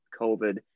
covid